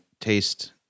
taste